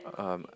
um